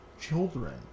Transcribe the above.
children